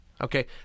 Okay